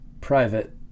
private